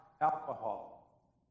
alcohol